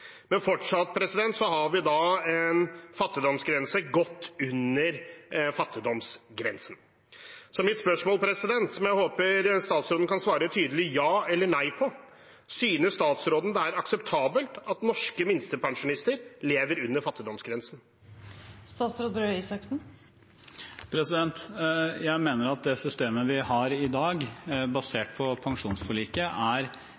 Men fortsatt har vi en minstepensjon godt under fattigdomsgrensen. Mitt spørsmål, som jeg håper statsråden kan svare tydelig ja eller nei på, er: Synes statsråden det er akseptabelt at norske minstepensjonister lever under fattigdomsgrensen? Jeg mener at det systemet vi har i dag, basert på pensjonsforliket, i det store og hele er